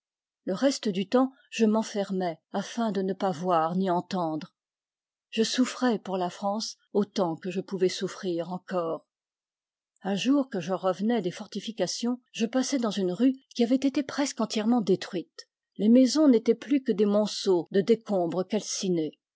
le reste du temps je m'enfermais afin de ne pas voir ni entendre je souffrais pour la france autant que je pouvais souffrir encore un jour que je revenais des fortifications je passai dans une rue qui avait été presque entièrement détruite les maisons n'étaient plus que des monceaux de décombres